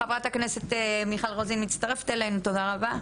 חברת הכנסת מיכל רוזין מצטרפת אלינו, תודה רבה.